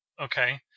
Okay